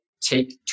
take